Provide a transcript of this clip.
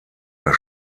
der